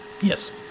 Yes